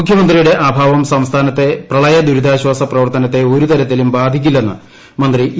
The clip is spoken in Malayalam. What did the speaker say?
മുഖ്യമന്ത്രിയുടെ അഭാവ്ക് സംസ്ഥാനത്തെ പ്രളയ ദുരിതാശാസ പ്രവർത്തനത്തെ ഒരുത്ത്തിലും ബാധിക്കില്ലെന്ന് മന്ത്രി ഇ